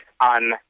on